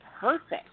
perfect